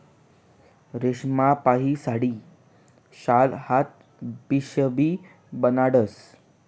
रेशीमपाहीन साडी, शाल, हात पिशीबी बनाडतस